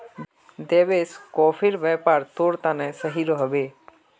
देवेश, कॉफीर व्यापार तोर तने सही रह बे